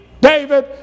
David